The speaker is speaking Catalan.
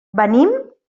venim